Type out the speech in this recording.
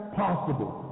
possible